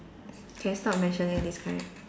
can you stop mentioning this guy